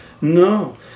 No